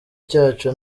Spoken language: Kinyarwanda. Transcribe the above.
cyacu